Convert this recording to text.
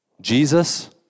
Jesus